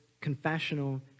confessional